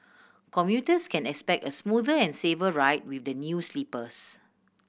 commuters can expect a smoother and safer ride with the new sleepers